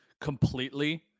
Completely